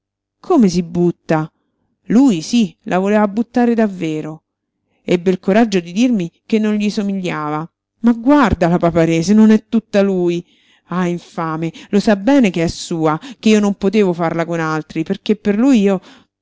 come si butta lui sí la voleva buttare davvero ebbe il coraggio di dirmi che non gli somigliava ma guardala papa-re se non è tutta lui ah infame lo sa bene che è sua che io non potevo farla con altri perché per lui io